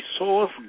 resource